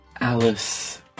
Alice